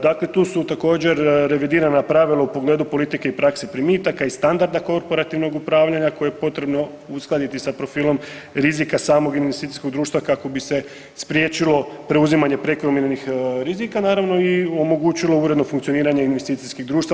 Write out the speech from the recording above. Dakle, tu su također revidirana pravila u pogledu politike i prakse primitaka i standarda korporativnog upravljanja koje je potrebno uskladiti sa profilom rizika samog investicijskog društva kako bi se spriječilo preuzimanje prekomjernih rizika naravno i omogućilo uredno funkcioniranje investicijskih društava.